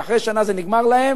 כי אחרי שנה זה נגמר להם.